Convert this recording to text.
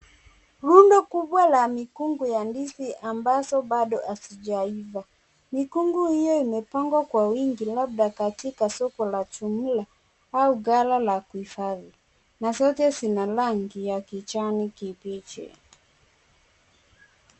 Rundo kubwa la mikungu ya ndizi ambazo bado hazijaiva. Mikungu hiyo imepangwa kwa wingi labda katika soko la jumla au ghala la kuhifadhi na zote zina rangi ya kijani kibichi.